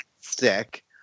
sick